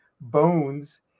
Bones